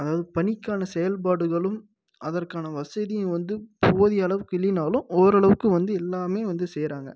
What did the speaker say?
அதாவது பணிக்கான செயல்பாடுகளும் அதற்கான வசதியும் வந்து போதிய அளவுக்கு இல்லைனாலும் ஓரளவுக்கு வந்து எல்லாமே வந்து செய்கிறாங்க